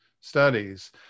studies